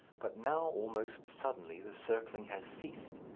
but now almost suddenly the circling has ceased,